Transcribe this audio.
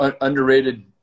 underrated